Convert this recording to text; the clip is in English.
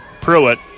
Pruitt